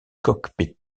cockpit